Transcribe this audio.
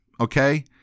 okay